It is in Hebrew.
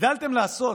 הגדלתם לעשות,